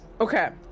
Okay